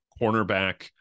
cornerback